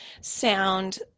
sound